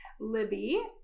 Libby